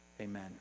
Amen